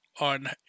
on